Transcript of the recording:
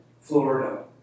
Florida